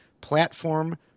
platform